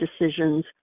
decisions